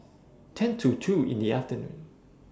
ten to two in The afternoon